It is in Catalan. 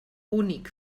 únic